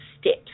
steps